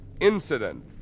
Incident